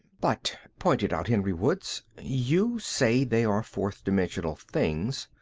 but, pointed out henry woods, you say they are fourth-dimensional things.